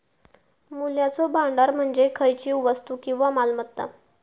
मूल्याचो भांडार म्हणजे खयचीव वस्तू किंवा मालमत्ता